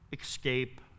escape